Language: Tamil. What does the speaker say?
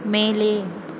மேலே